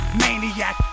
maniac